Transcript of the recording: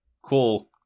Cool